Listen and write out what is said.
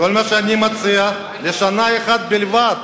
כל מה שאני מציע, לשנה אחת בלבד.